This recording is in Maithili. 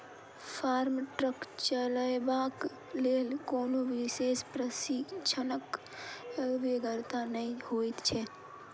फार्म ट्रक चलयबाक लेल कोनो विशेष प्रशिक्षणक बेगरता नै होइत छै